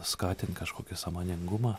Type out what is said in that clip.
skatint kažkokį sąmoningumą